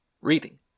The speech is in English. Reading